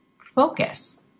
focus